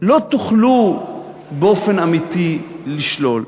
לא תוכלו באופן אמיתי לשלול.